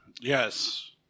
Yes